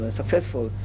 successful